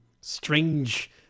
strange